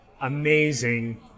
amazing